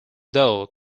though